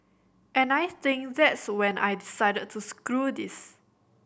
and I think that's when I decided to screw this